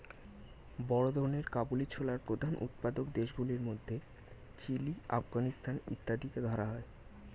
বড় ধরনের কাবুলি ছোলার প্রধান উৎপাদক দেশগুলির মধ্যে চিলি, আফগানিস্তান ইত্যাদিকে ধরা হয়